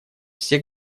все